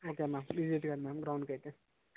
okay ma'am visit కి రండి ma'am ground కి అయితే